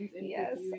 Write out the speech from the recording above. Yes